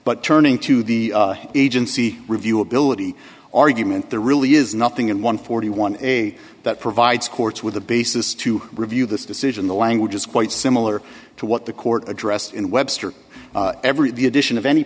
but turning to the agency review ability argument there really is nothing in one forty one a that provides courts with a basis to review this decision the language is quite similar to what the court addressed in webster every the addition of any